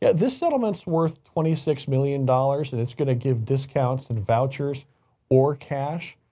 yeah this settlements worth twenty six million dollars and it's going to give discounts and vouchers or cash.